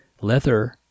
leather